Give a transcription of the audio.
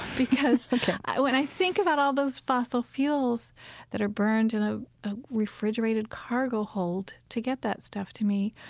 because but yeah when i think about all those fossil fuels that are burned in a ah refrigerated cargo hold to get that stuff to me,